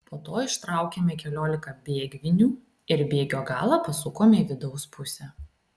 po to ištraukėme keliolika bėgvinių ir bėgio galą pasukome į vidaus pusę